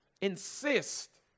Insist